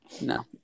No